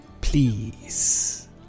Please